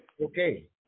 Okay